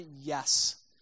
yes